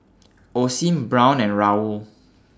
Osim Braun and Raoul